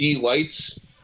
lights